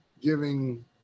giving